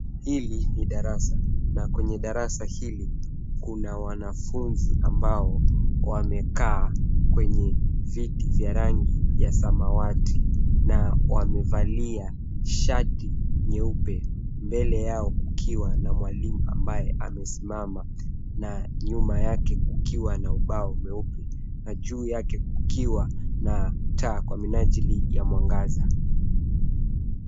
Hili ni darasa na kwenye darasa hili kuna wanafunzi ambao wamekaa kwenye viti vya rangi ya samawati na wamevalia shati nyeupe mbele yao kukiwa na mwalimu ambaye amesimama na nyuma yake kukiwa na ubao mweupe na juu yake kukiwa na taa kwa minajili ya mwangaza.